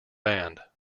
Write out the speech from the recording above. band